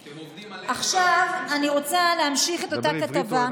הם עובדים עלינו, אני רוצה להמשיך עם אותה כתבה.